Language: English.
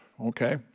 okay